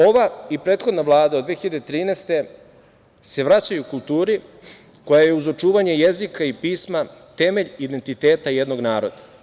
Ova i prethodna Vlada od 2013. godine se vraćaju kulturi koja je, uz očuvanje jezika i pisma, temelj identiteta jednog naroda.